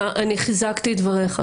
אני חיזקתי את דבריך.